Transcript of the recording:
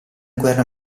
guerra